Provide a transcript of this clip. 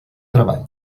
treball